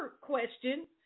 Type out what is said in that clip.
question